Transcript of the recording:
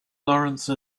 laurence